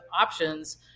options